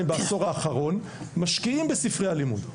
בעשור האחרון הוא שמשקיעים בספרי הלימוד,